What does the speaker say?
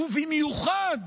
ובמיוחד